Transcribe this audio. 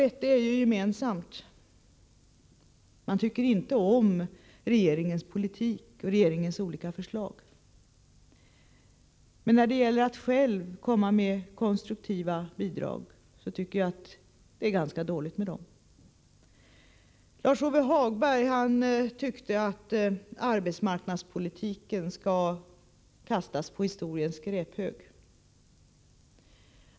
Ett är gemensamt: man tycker inte om regeringens politik och regeringens olika förslag. Men när det gäller att komma med egna konstruktiva bidrag tycker jag att det är ganska dåligt ställt. Lars-Ove Hagberg tyckte att arbetsmarknadspolitiken skulle kastas på historiens skräphög.